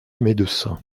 médecin